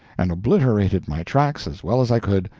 and obliterated my tracks as well as i could,